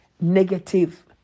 negative